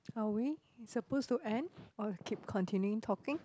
are we supposed to end or keep continuing talking